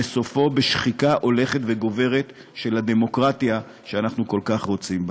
וסופו בשחיקה הולכת וגוברת של הדמוקרטיה שאנחנו כל כך רוצים בה.